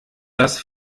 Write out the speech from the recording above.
das